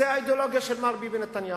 זו האידיאולוגיה של מר ביבי נתניהו.